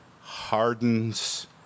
hardens